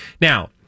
Now